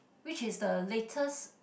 which is the latest